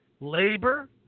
Labor